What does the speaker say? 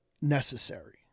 necessary